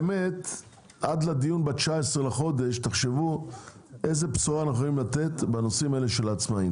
עד לדיון ב-19 לחודש תחשבו איזו בשורה אנחנו יכולים לתת בנושא העצמאים.